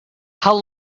how